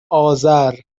آذر